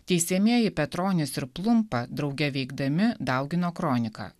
teisiamieji petronis ir plumpa drauge veikdami daugino kroniką